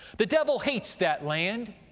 the devil hates that land,